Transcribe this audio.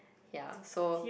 ya so